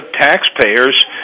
taxpayers